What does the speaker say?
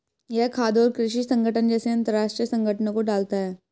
यह खाद्य और कृषि संगठन जैसे अंतरराष्ट्रीय संगठनों को डालता है